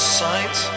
sight